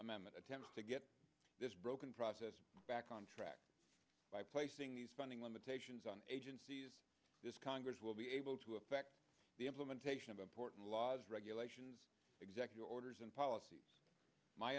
amendment attempts to get this broken process back on track by placing these funding limitations on agencies this congress will be able to affect the implementation of important laws regulations executive orders and polic